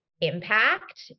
impact